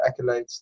accolades